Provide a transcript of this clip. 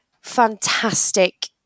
fantastic